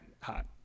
hot